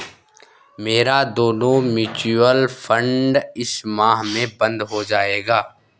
मेरा दोनों mutual fund इस माह में बंद हो जायेगा